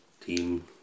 Team